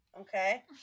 okay